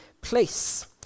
place